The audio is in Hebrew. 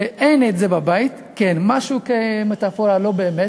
שאין את זה בבית, כמטפורה, לא באמת.